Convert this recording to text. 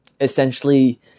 essentially